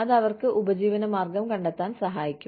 അത് അവർക്ക് ഉപജീവനമാർഗം കണ്ടെത്താൻ സഹായിക്കും